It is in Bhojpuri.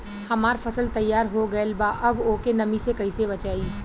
हमार फसल तैयार हो गएल बा अब ओके नमी से कइसे बचाई?